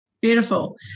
beautiful